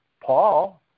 Paul